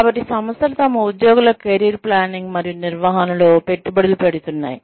కాబట్టి సంస్థలు తమ ఉద్యోగుల కెరీర్ ప్లానింగ్ మరియు నిర్వహణలో పెట్టుబడులు పెడుతున్నాయి